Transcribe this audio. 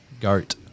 Goat